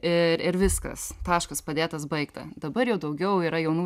ir ir viskas taškas padėtas baigta dabar jau daugiau yra jaunų